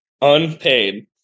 Unpaid